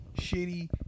shitty